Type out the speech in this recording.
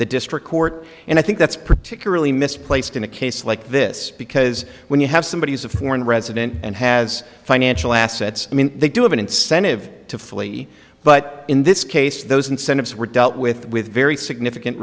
the district court and i think that's particularly misplaced in a case like this because when you have somebody who's a foreign resident and has financial assets i mean they do have an incentive to flee but in this case those incentives were dealt with with very significant